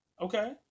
Okay